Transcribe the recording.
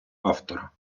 автора